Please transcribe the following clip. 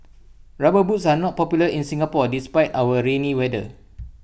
rubber boots are not popular in Singapore despite our rainy weather